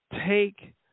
take